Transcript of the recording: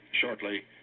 shortly